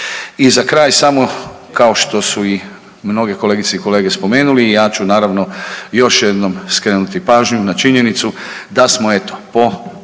I za kraj samo, kao što su i mnoge kolegice i kolege spomenuli i ja ću naravno još jednom skrenuti pažnju na činjenicu da smo eto po